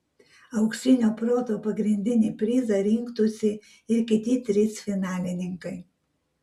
auksinio proto pagrindinį prizą rinktųsi ir kiti trys finalininkai